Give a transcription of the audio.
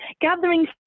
gathering